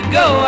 go